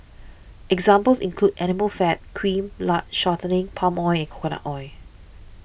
examples include animal fat cream lard shortening palm oil and coconut oil